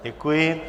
Děkuji.